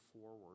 forward